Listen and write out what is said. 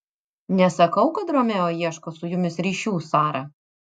nesakau kad romeo ieško su jumis ryšių sara